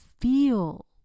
feel